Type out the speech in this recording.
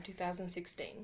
2016